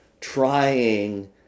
trying